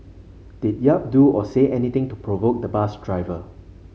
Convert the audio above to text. did Yap do or say anything to provoke the bus driver